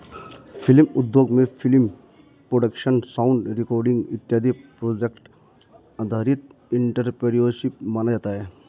film उद्योगों में film production sound recording इत्यादि प्रोजेक्ट आधारित एंटरप्रेन्योरशिप माना जाता है